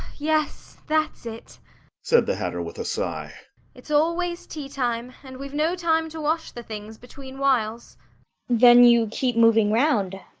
yes, that's it said the hatter with a sigh it's always tea-time, and we've no time to wash the things between whiles then you keep moving round,